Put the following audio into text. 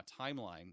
timeline